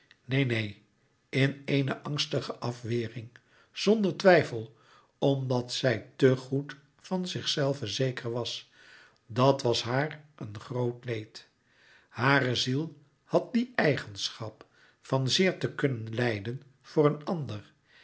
neen neen in éene angstige afwering zonder twijfel omdat zij te goed van zichzelve zeker was dat was haar een groot leed hare ziel had die eigenschap van zeer te kunnen lijden voor een ander